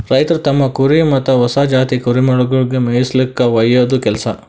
ರೈತ್ರು ತಮ್ಮ್ ಕುರಿ ಮತ್ತ್ ಹೊಸ ಜಾತಿ ಕುರಿಮರಿಗೊಳಿಗ್ ಮೇಯಿಸುಲ್ಕ ಒಯ್ಯದು ಕೆಲಸ